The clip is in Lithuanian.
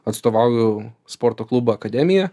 atstovauju sporto klubo akademiją